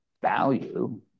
value